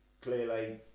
clearly